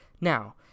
now